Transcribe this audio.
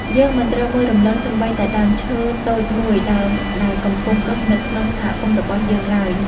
យើងមិនត្រូវមើលរំលងសូម្បីតែដើមឈើតូចមួយដើមដែលកំពុងដុះនៅក្នុងសហគមន៍របស់យើងឡើយ។